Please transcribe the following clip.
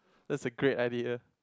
that's a great idea